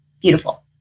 beautiful